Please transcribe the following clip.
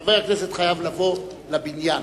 חבר הכנסת חייב לבוא לבניין,